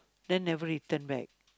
then never return back